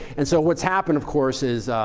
and so what's happened, of course, is